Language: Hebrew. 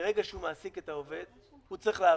מרגע שהוא מעסיק את העובד, הוא צריך לעבור,